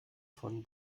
von